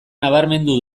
nabarmendu